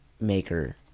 maker